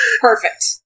Perfect